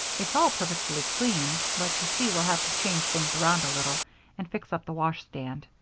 it's all perfectly clean, but you see we'll have to change things around a little and fix up the washstand.